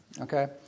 Okay